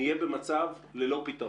נהיה במצב ללא פתרון,